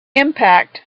impact